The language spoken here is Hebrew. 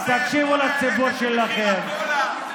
תקשיבו לציבור שלכם.